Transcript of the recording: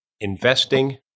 investing